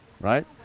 right